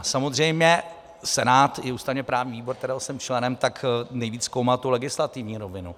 Samozřejmě Senát i ústavněprávní výbor, kterého jsem členem, nejvíc zkoumal legislativní rovinu.